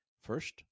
First